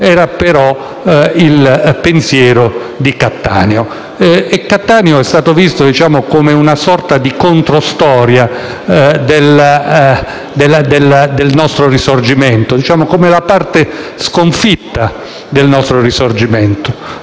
era però il pensiero di Cattaneo, che è stato visto come una sorta di controstoria del nostro Risorgimento, per così dire la parte sconfitta del nostro Risorgimento.